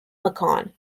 macon